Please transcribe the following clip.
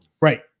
Right